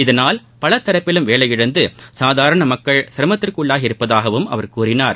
இதனால் பலதரப்பிலும் வேலையிழந்து சாதாரண மக்கள் சிரமத்திற்குள்ளாகி இருப்பதாகவும் அவர் கூறினார்